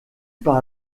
par